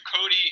Cody